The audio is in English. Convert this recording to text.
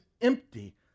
empty